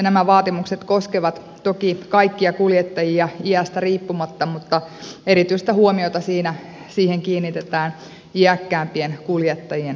nämä vaatimukset koskevat toki kaikkia kuljettajia iästä riippumatta mutta erityistä huomiota niihin kiinnitetään iäkkäämpien kuljettajien kohdalla